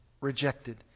rejected